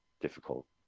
difficult